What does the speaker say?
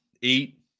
eat